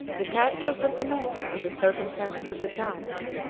the characters of the men, and the circumstances of the times,